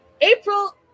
April